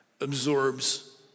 absorbs